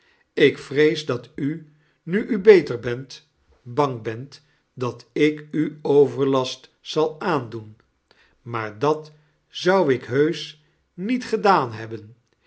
ik vrees dat u nu u beter bent bang bent dat ik u overlast zal aandoen maar dat zou ik heusch niet gedaan hebben